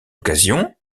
occasion